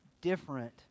different